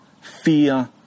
fear